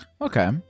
Okay